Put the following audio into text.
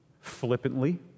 flippantly